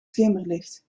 schemerlicht